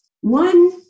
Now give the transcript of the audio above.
one